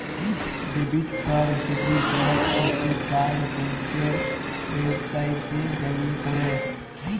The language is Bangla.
ডেবিট কাড় যদি ব্লক ক্যইরতে চাই ব্যাংকের ওয়েবসাইটে যাঁয়ে ক্যরে